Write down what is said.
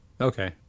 Okay